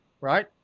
right